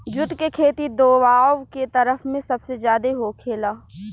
जुट के खेती दोवाब के तरफ में सबसे ज्यादे होखेला